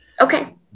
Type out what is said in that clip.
Okay